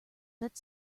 that